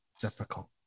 difficult